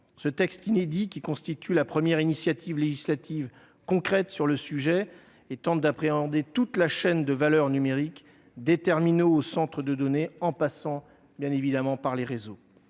Ce texte inédit constitue la première initiative législative complète sur ce sujet. Il tente d'appréhender toute la chaîne de valeur numérique, des terminaux aux centres de données en passant par les réseaux.